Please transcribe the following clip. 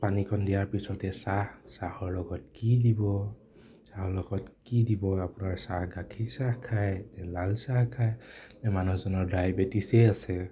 পানীকণ দিয়াৰ পাছতে চাহ চাহৰ লগত কি দিব আও লগত কি দিব আপোনাৰ চাহ গাখীৰ চাহ খায় নে লাল চাহ খায় নে মানুহজনৰ ডায়েবেটিচে আছে